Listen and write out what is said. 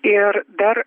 ir dar